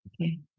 okay